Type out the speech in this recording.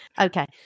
Okay